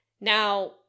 Now